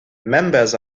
members